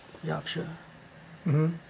yup sure mmhmm